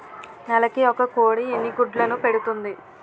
నెలకి ఒక కోడి ఎన్ని గుడ్లను పెడుతుంది?